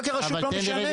מבחינתך, כרשות, לא משנה.